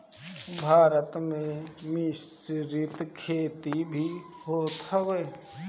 भारत में मिश्रित खेती भी होत हवे